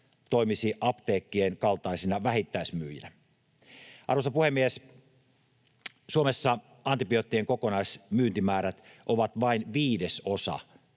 toimisi apteekkien kaltaisina vähittäismyyjinä. Arvoisa puhemies! Suomessa antibioottien kokonaismyyntimäärät ovat vain viidesosa